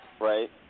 right